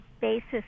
basis